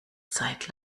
zeit